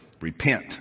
Repent